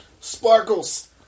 Sparkles